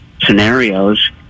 scenarios